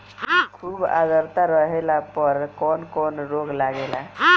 खुब आद्रता रहले पर कौन कौन रोग लागेला?